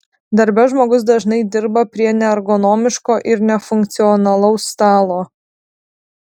darbe žmogus dažnai dirba prie neergonomiško ir nefunkcionalaus stalo